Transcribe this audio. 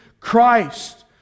Christ